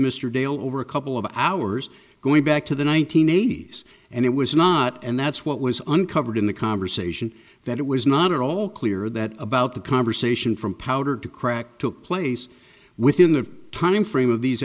mr dale over a couple of hours going back to the one nine hundred eighty s and it was not and that's what was uncovered in the conversation that it was not at all clear that about the conversation from powder to crack took place within the timeframe of these